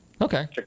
okay